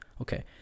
Okay